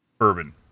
Urban